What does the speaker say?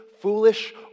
foolish